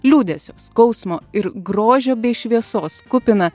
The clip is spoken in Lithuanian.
liūdesio skausmo ir grožio bei šviesos kupiną